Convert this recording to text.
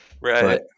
Right